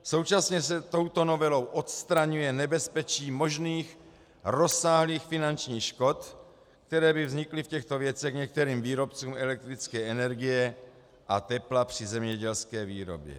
Současně se touto novelou odstraňuje nebezpečí možných rozsáhlých finančních škod, které by vznikly v těchto věcech některým výrobcům elektrické energie a tepla při zemědělské výrobě.